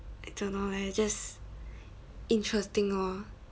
I don't know like just interesting orh